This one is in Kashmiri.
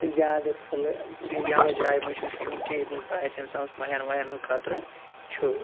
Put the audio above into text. زیادٕ کھُلہٕ یَلہٕ جایہِ مَنٛز چھُ نہٕ شۄنٛگُن کینٛہہ ییٚتنَس باسہِ اِنسانَس مَہیٚن وَہیٚن ہُنٛد خَطرٕ چھُ